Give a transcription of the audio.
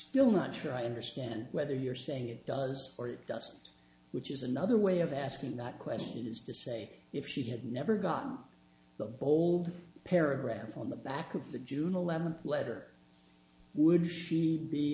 still not sure i understand whether you're saying it does or it doesn't which is another way of asking that question is to say if she had never gotten the bold paragraph on the back of the june eleventh letter would she be